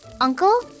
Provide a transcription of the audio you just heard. Uncle